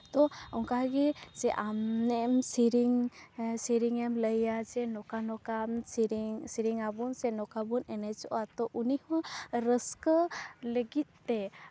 ᱛᱚ ᱚᱱᱠᱟ ᱜᱮ ᱟᱢᱮᱢ ᱥᱤᱨᱤᱧᱮᱢ ᱞᱟᱹᱭᱟ ᱡᱮ ᱱᱚᱝᱠᱟᱼᱱᱚᱝᱠᱟᱢ ᱥᱤᱨᱤᱧᱟᱵᱚᱱ ᱥᱮ ᱱᱚᱝᱠᱟ ᱵᱚᱱ ᱮᱱᱮᱡᱚᱜᱼᱟ ᱛᱚ ᱩᱱᱤ ᱦᱚᱸ ᱨᱟᱹᱥᱠᱟᱹ ᱞᱟᱹᱜᱤᱫ ᱛᱮ